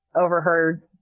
overheard